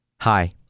Hi